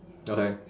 okay